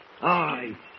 Aye